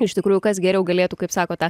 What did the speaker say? iš tikrųjų kas geriau galėtų kaip sakot tą